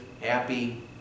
happy